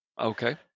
Okay